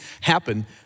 happen